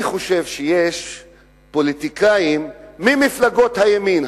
אני חושב שיש פוליטיקאים ממפלגות הימין,